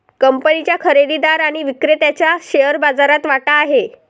कंपनीच्या खरेदीदार आणि विक्रेत्याचा शेअर बाजारात वाटा आहे